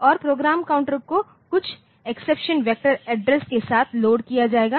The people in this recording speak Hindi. और प्रोग्राम काउंटर को कुछ एक्सेप्शन वेक्टर एड्रेस के साथ लोड किया जाएगा